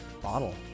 bottle